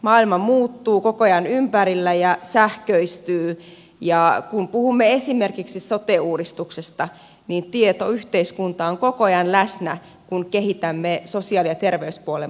maailma muuttuu koko ajan ympärillä ja sähköistyy ja kun puhumme esimerkiksi sote uudistuksesta niin tietoyhteiskunta on koko ajan läsnä kun kehitämme sosiaali ja terveyspuolen palveluita